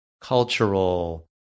cultural